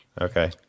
Okay